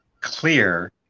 clear